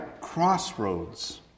crossroads